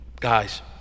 Guys